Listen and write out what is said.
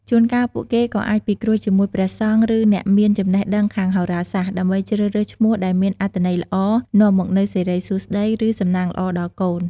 ជួនកាល ពួកគេក៏អាចពិគ្រោះជាមួយព្រះសង្ឃ ឬ អ្នកមានចំណេះដឹងខាងហោរាសាស្ត្រ ដើម្បីជ្រើសរើសឈ្មោះដែលមានអត្ថន័យល្អ នាំមកនូវសិរីសួស្តី ឬ សំណាងល្អដល់កូន។